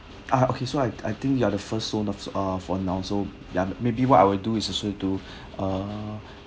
ah okay so I I think you are the first [one] uh for now so yeah maybe what I would do is also to uh